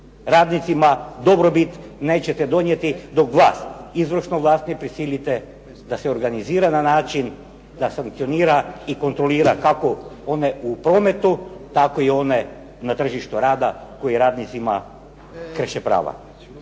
radnicima dobrobit nećete donijeti dok vlast, izvršnu vlast ne prisilite da se organizira na način da sankcionira i kontrolira kako one u prometu, tako i one na tržištu rada koji radnicima kreše prava.